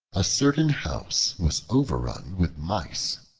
a certain house was overrun with mice.